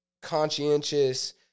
conscientious